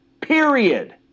Period